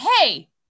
hey